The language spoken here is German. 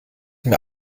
mir